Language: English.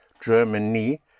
Germany